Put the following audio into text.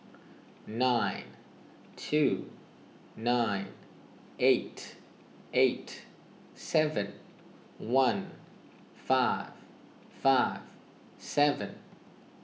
nine two nine eight eight seven one five five seven